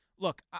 Look